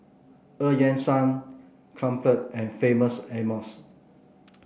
Eu Yan Sang Crumpler and Famous Amos